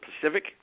Pacific